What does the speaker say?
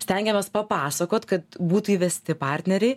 stengiamės papasakot kad būtų įvesti partneriai